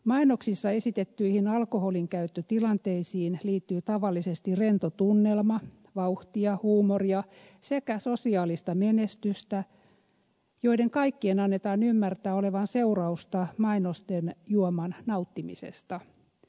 mainoksissa esitettyihin alkoholin käyttötilanteisiin liittyy tavallisesti rento tunnelma vauhtia huumoria sekä sosiaalista menestystä joiden kaikkien annetaan ymmärtää olevan seurausta mainosten juoman nauttimisesta